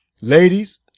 Ladies